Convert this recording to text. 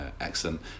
excellent